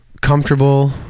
comfortable